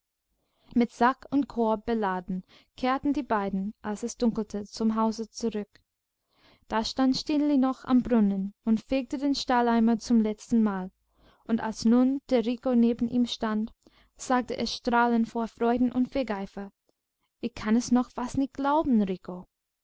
mit sack und korb beladen kehrten die beiden als es dunkelte zum hause zurück da stand stineli noch am brunnen und fegte den stalleimer zum letzten male und als nun der rico neben ihm stand sagte es strahlend vor freuden und fegeifer ich kann es noch fast nicht glauben